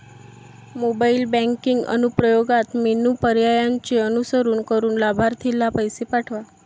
mobile banking अनुप्रयोगात menu पर्यायांचे अनुसरण करून लाभार्थीला पैसे पाठवा